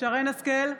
שרן מרים השכל,